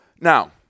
Now